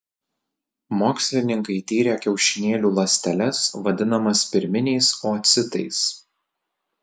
mokslininkai tyrė kiaušinėlių ląsteles vadinamas pirminiais oocitais